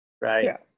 Right